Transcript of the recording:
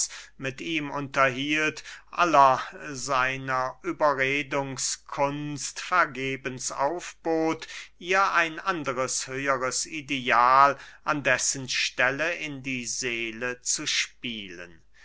mit ihm unterhielt aller seiner überredungskunst vergebens aufbot ihr ein anderes höheres ideal an dessen stelle in die seele zu spielen